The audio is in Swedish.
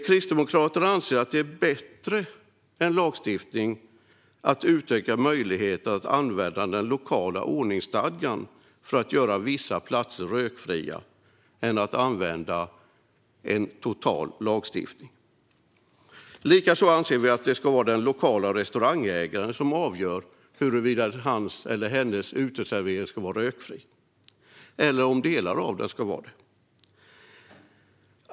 Kristdemokraterna anser att det är bättre att utöka möjligheten att använda den lokala ordningsstadgan för att göra vissa platser rökfria än att använda total lagstiftning. Likaså anser vi att det ska vara den lokala restaurangägaren som ska avgöra om hans eller hennes uteservering ska vara rökfri eller om delar av den ska vara det.